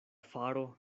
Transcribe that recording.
faro